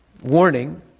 warning